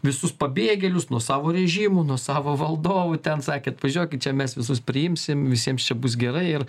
visus pabėgėlius nuo savo režimų nuo savo valdovų ten sakė atvažiuokit čia mes visus priimsim visiems čia bus gerai ir